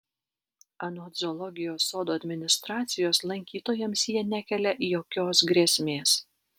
anot zoologijos sodo administracijos lankytojams jie nekelia jokios grėsmės